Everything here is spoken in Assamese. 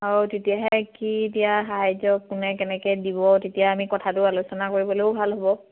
তেতিয়াহে কি এতিয়া সাহাৰ্য কোনে কেনেকে দিব তেতিয়া আমি কথাটো আলোচনা কৰিবলেও ভাল হ'ব